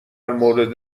مورد